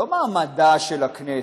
לא מעמדה של הכנסת,